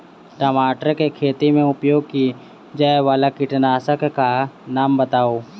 टमाटर केँ खेती मे उपयोग की जायवला कीटनासक कऽ नाम बताऊ?